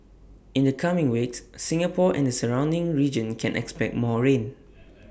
in the coming weeks Singapore and the surrounding region can expect more rain